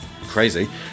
crazy